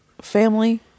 family